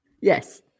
Yes